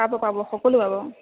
পাব পাব সকলো পাব